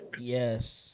Yes